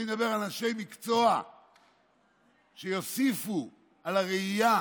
אני מדבר על אנשי מקצוע שיוסיפו על הראייה